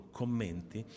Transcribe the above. commenti